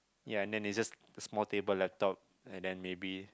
ya and then they just small table laptop and then maybe